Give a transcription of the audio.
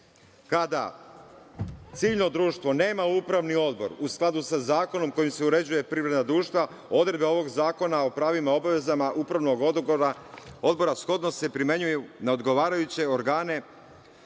kada ciljno društvo nema upravni odbor u skladu sa zakonom kojim se uređuju privredna društva, odredbe ovog zakona o pravima, obavezama upravnog odbora shodno se primenjuju na odgovarajuće organe